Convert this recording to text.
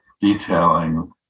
detailing